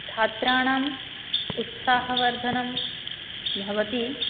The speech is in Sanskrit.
छात्राणाम् उत्साहवर्धनं भवति